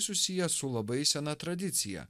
susijęs su labai sena tradicija